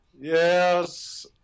Yes